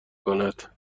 کند